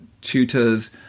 tutors